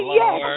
yes